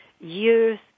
youth